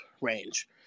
range